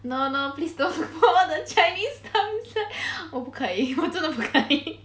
no no please don't all the chinese terms 我不可以我真的不可以